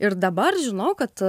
ir dabar žinau kad